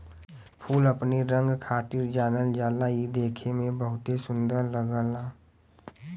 फूल अपने रंग खातिर जानल जाला इ देखे में बहुते सुंदर लगला